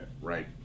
Right